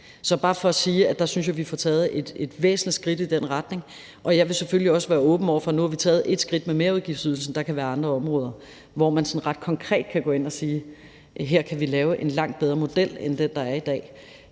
er bare for at sige, at der synes jeg, vi får taget et væsentligt skridt i den retning. Og jeg vil selvfølgelig også være åben over for andre ting. Nu har vi taget et skridt med merudgiftsydelsen, og der kan være andre områder, hvor man sådan ret konkret kan gå ind og sige: Her kan vi lave en langt bedre model end den, der er i dag.